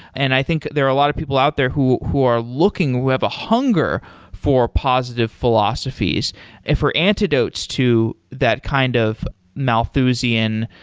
and i think there are a lot of people out there who who are looking who have a hunger for positive philosophies and for antidotes to that kind of malthusian,